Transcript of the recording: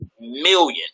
million